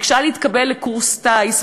ביקשה להתקבל לקורס טיס,